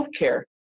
healthcare